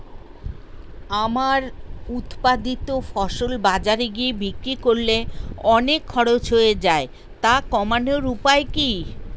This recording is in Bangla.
আমার উৎপাদিত ফসল বাজারে গিয়ে বিক্রি করলে অনেক খরচ হয়ে যায় তা কমানোর উপায় কি?